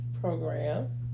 program